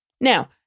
Now